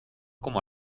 como